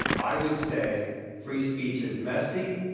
i would say free speech is messy.